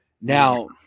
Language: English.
Now